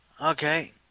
Okay